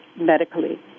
medically